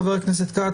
חבר הכנסת כץ,